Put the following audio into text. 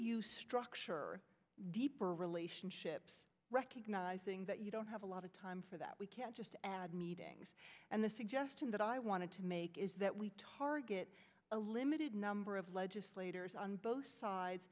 you structure deeper relationships recognizing that you don't have a lot of time for that we can't just add meetings and the suggestion that i wanted to make is that we target a limited number of legislators on both sides